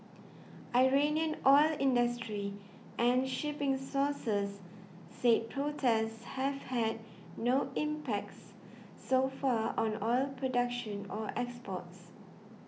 Iranian oil industry and shipping sources said protests have had no impacts so far on oil production or exports